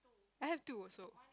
I have two also